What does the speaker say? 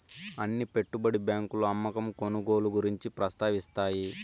అన్ని పెట్టుబడి బ్యాంకులు అమ్మకం కొనుగోలు గురించి ప్రస్తావిస్తాయి